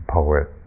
poet